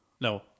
No